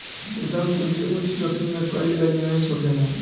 उद्यम पूंजी उच्च जोखिम में कईल गईल निवेश होखेला